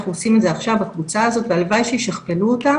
אנחנו עושים את זה עכשיו בקבוצה הזאת והלוואי שישכפלו אותה